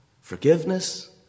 forgiveness